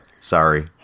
Sorry